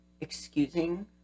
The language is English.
excusing